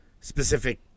specific